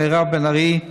מירב בן ארי,